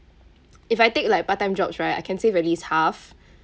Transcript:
if I take like part time jobs right I can save at least half